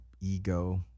ego